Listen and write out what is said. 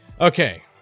Okay